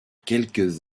quelques